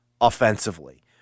offensively